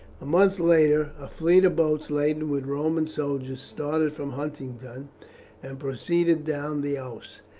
a month later a fleet of boats laden with roman soldiers started from huntingdon and proceeded down the ouse.